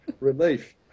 Relief